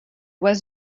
was